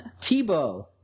Tebow